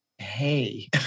hey